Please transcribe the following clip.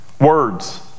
Words